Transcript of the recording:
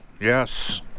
Yes